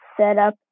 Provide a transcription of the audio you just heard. setup